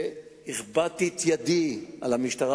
הכבדתי את ידי על המשטרה,